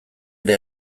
ere